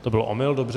To byl omyl, dobře.